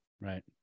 Right